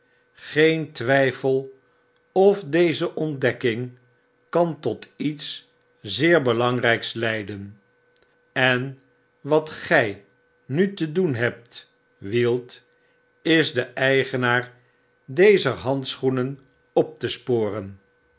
geen twyfel of deze ontdekking kan tot iets zeer belangrijks leiden en wat gij nu te doen hebt wield is den eigenaar dezer handschoenen op te sporen